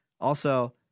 Also-